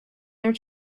their